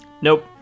Nope